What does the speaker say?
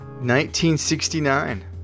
1969